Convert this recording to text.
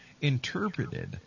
interpreted